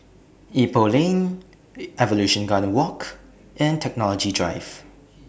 Ipoh Lane Evolution Garden Walk and Technology Drive